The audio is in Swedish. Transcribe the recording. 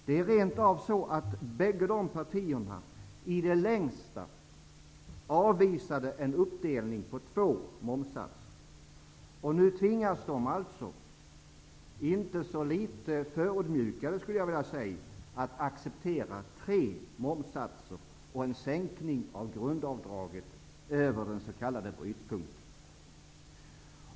Det är rent av så att båda dessa partier i det längsta avvisade en uppdelning i två momssatser. Nu tvingas de alltså -- inte så litet förödmjukande -- att acceptera tre momssatser och en sänkning av grundavdraget över den s.k. brytpunkten.